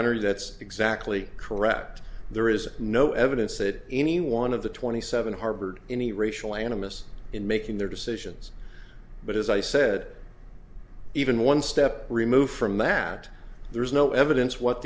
honor that's exactly correct there is no evidence that any one of the twenty seven harbored any racial animus in making their decisions but as i said even one step removed from that there's no evidence what